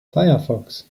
firefox